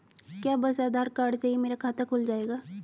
क्या बस आधार कार्ड से ही मेरा खाता खुल जाएगा?